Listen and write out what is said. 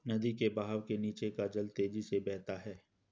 नदी के बहाव के नीचे का जल तेजी से बहता है